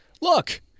Look